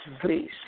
please